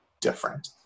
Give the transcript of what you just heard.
different